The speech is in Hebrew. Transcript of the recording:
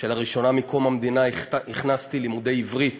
שלראשונה מקום המדינה הכנסתי לימודי עברית